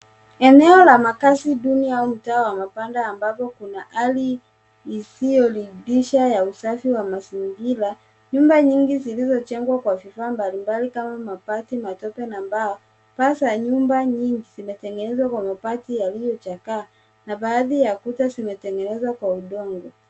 Eneo la makazi duni au mtaa wa mabanda ambapo kuna hali isiyoridhisha ya usafi wa mazingira, nyumba nyingi zilizojengwa kwa vifaa mbalimbali kama mabati, matope na mbao. Paa za nyumba nyingi zimetengenezwa kwa mabati yaliochakaa na baadhi ya kuta zimetengenezwa kwa udongo.